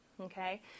okay